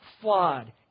flawed